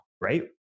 right